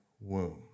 womb